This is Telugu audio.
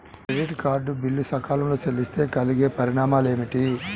క్రెడిట్ కార్డ్ బిల్లు సకాలంలో చెల్లిస్తే కలిగే పరిణామాలేమిటి?